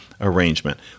arrangement